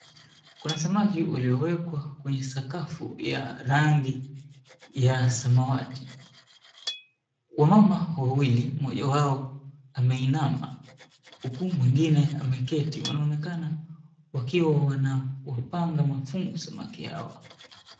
Kuna samaki alio wekwa kwenye sakafu ya rangi ya samawati kunao mama wawili mmoja akiwa ameinama huku mwengine akiwa ameketi wanaonekana wanupanga mafungu samaki hao.